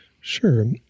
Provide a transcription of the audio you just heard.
Sure